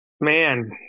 Man